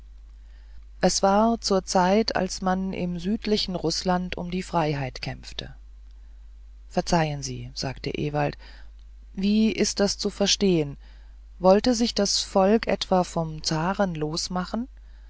es war zur zeit als man im südlichen rußland um die freiheit kämpfte verzeihen sie sagte ewald wie ist das zu verstehen wollte sich das volk etwa vom zaren losmachen